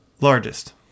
Largest